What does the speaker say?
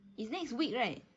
it's next week right